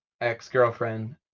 ex-girlfriend